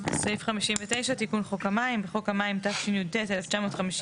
תיקון חוק המים59.בחוק המים התשי"ט-1959,